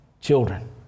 children